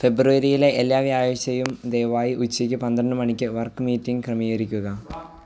ഫെബ്രുവരിയിലെ എല്ലാ വ്യാഴാഴ്ചയും ദയവായി ഉച്ചയ്ക്ക് പന്ത്രണ്ട് മണിക്ക് വർക്ക് മീറ്റിംഗ് ക്രമീകരിക്കുക